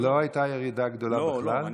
לא הייתה ירידה גדולה בכלל.